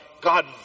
God